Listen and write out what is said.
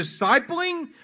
discipling